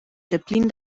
deplin